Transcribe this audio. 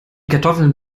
kartoffeln